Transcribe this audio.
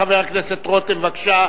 חבר הכנסת רותם, בבקשה.